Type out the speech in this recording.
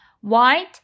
White